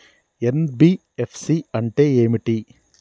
NBFC అంటే ఏమిటి?